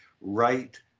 right